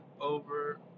Over